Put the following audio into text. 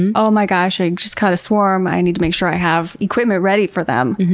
and oh my gosh, i just caught a swarm, i need to make sure i have equipment ready for them.